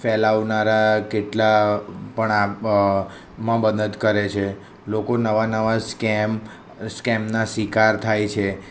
ફેલાવનારાં કેટલા પણ આપ માં મદદ કરે છે લોકો નવા નવા સ્કેમ સ્કેમના શિકાર થાય છે